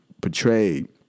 portrayed